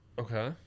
Okay